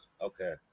okay